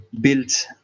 built